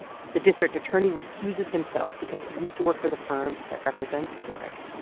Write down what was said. the district attorney recuses himself because he used to work for the firm that represents kerrick.